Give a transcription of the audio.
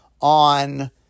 on